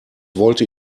wollte